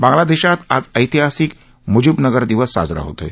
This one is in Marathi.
बांग्लादश्चित आज ऐतिहासिक मुजिबनगर दिवस साजरा होतोय